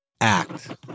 Act